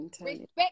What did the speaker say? Respect